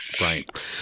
Right